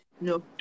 no